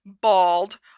bald